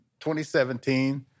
2017